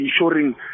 ensuring